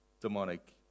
demonic